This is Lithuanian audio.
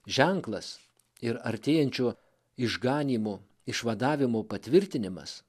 ženklas ir artėjančio išganymo išvadavimo patvirtinimas